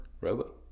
Robo